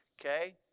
Okay